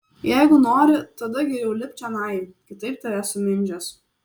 jeigu nori tada geriau lipk čionai kitaip tave sumindžios